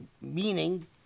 Meaning